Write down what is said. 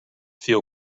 feel